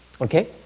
Okay